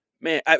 man